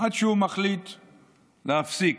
עד שהוא מחליט להפסיק,